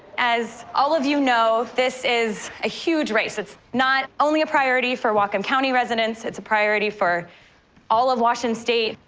as all of you know, this is a huge race. it's not only a priority for whatcom county residents, it's a priority for all of washington state,